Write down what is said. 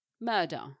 murder